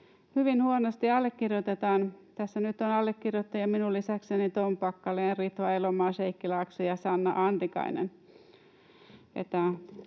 hyvin huonosti allekirjoitetaan. Tässä nyt on allekirjoittajia minun lisäkseni Tom Packalén, Ritva Elomaa, Sheikki Laakso ja Sanna Antikainen.